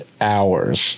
hours